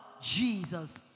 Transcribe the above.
Jesus